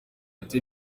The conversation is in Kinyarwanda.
ati